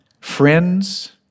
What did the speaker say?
friends